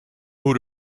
who